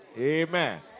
Amen